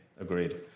agreed